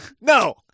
no